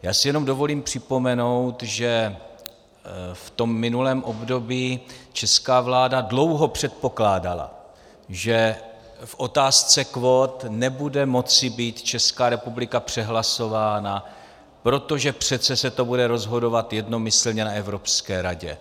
Já si jenom dovolím připomenout, že v minulém období česká vláda dlouho předpokládala, že v otázce kvót nebude moci být Česká republika přehlasována, protože přece se to bude rozhodovat jednomyslně na Evropské radě.